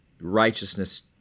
righteousness